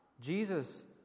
Jesus